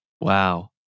Wow